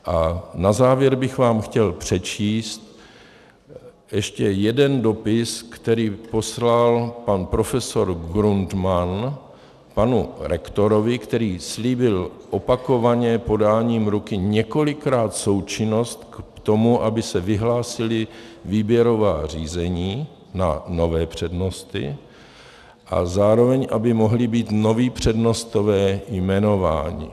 A na závěr bych vám chtěl přečíst ještě jeden dopis, který poslal pan profesor Grundmann panu rektorovi, který slíbil opakovaně podáním ruky několikrát součinnost k tomu, aby se vyhlásila výběrová řízení na nové přednosty a zároveň aby mohli být noví přednostové jmenováni.